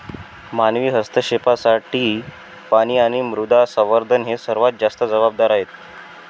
मानवी हस्तक्षेपासाठी पाणी आणि मृदा संवर्धन हे सर्वात जास्त जबाबदार आहेत